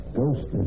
ghost